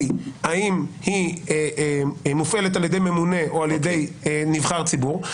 האם היא מופעלת על ידי ממונה או על ידי נבחר ציבור,